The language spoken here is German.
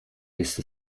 ist